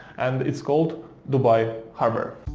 and it's called dubai harbour.